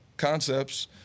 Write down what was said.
concepts